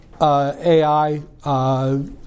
AI